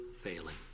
failing